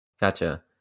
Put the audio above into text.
Gotcha